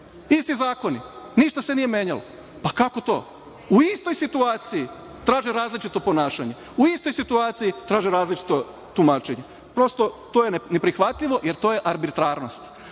isti zakoni ništa se nije menjalo. Pa, kako to? U istoj situaciji traže različito ponašanje, u istoj situaciji traže različiti tumačenje. Prosto, to je neprihvatljivo jer to je arbitrarnost.